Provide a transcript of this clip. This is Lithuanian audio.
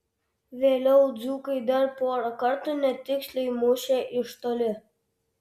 vėliau dzūkai dar porą kartų netiksliai mušė iš toli